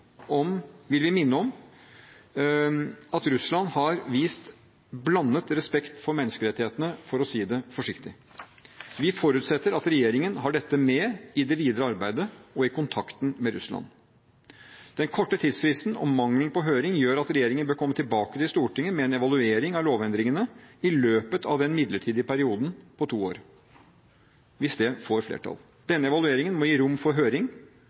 om at Russland har vist blandet respekt for menneskerettighetene, for å si det forsiktig. Vi forutsetter at regjeringen har dette med i det videre arbeidet og i kontakten med Russland. Den korte tidsfristen og mangelen på høring gjør at regjeringen bør komme tilbake til Stortinget med en evaluering av lovendringene i løpet av den midlertidige perioden på to år – hvis det får flertall. Denne evalueringen må gi rom for høring,